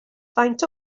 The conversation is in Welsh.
faint